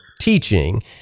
teaching